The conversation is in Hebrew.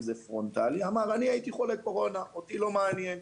זה פרונטלי אמר שהוא היה חולה קורונה ואותו לא מעניין.